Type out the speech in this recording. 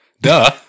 duh